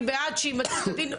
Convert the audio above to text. אני בעד שימצו דין,